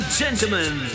gentlemen